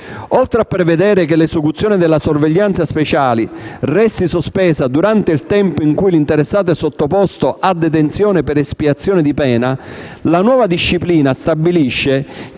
Oltre a prevedere che l'esecuzione della sorveglianza speciale resti sospesa durante il tempo in cui l'interessato è sottoposto a detenzione per espiazione di pena, la nuova disciplina stabilisce